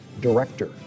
Director